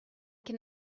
can